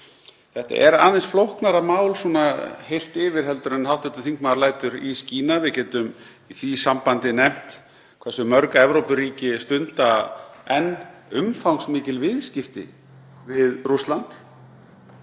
Þetta er aðeins flóknara mál svona heilt yfir en hv. þingmaður lætur í skína. Við getum í því sambandi nefnt hversu mörg Evrópuríki stunda enn umfangsmikil viðskipti við Rússland.